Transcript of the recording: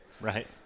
Right